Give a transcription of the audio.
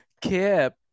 Kip